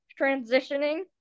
transitioning